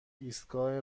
ایستگاه